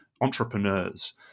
entrepreneurs